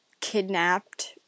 kidnapped